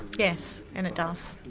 yes, and it does.